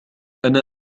أنا